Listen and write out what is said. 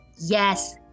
Yes